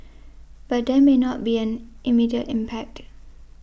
but there may not be an immediate impact